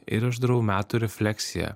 ir aš darau metų refleksiją